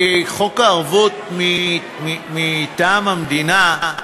חוק ערבויות מטעם המדינה,